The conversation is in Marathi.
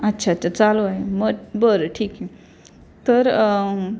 अच्छा अच्छा चालू आहे मग बरं ठीक आहे तर